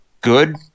Good